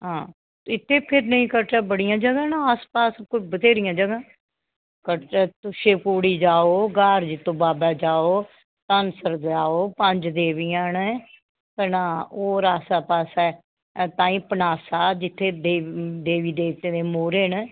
हां इत्थे फिरने कटरै बड़ियां जगह् न आसपास कोई बत्थहेरियां जगह् न कटरा शिवखोड़ी जाओ ग्हार जित्तो बाबा जाओ धनसर जाओ पंज देवियां न केह् नांऽ होर आस्सै पास्सै ताईं पनासा जित्थे देवी देवते दे मोह्रे न